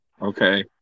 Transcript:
Okay